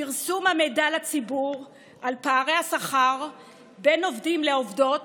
פרסום המידע לציבור על פערי השכר בין עובדים לעובדות